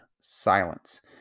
silence